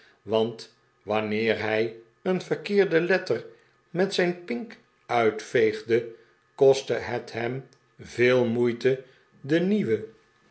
want wanneer hij een verkeerde letter met zijn pink uitveegde kostte het hem veel moeite de nieuwe